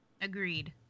Agreed